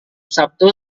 sabtu